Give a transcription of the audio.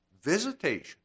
visitation